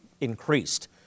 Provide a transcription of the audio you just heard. increased